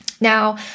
Now